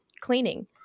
cleaning